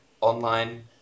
online